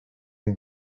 een